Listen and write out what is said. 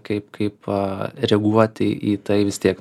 kaip kaip a reaguoti į tai vis tiek